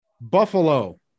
Buffalo